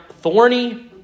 Thorny